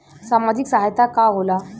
सामाजिक सहायता का होला?